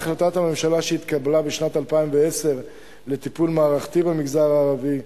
החלטת הממשלה שהתקבלה בשנת 2010 לטיפול מערכתי במגזר הערבי,